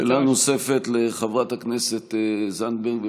שאלה נוספת, לחברת הכנסת זנדברג.